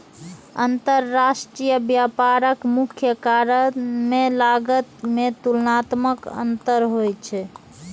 अंतरराष्ट्रीय व्यापारक मुख्य कारण मे लागत मे तुलनात्मक अंतर होइ छै